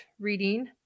reading